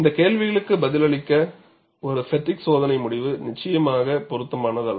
இந்த கேள்விகளுக்கு பதிலளிக்க ஒரு ஃப்பெட்டிக் சோதனை முடிவு நிச்சயமாக பொருத்தமானதல்ல